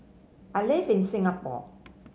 I live in Singapore